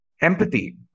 empathy